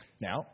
Now